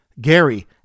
Gary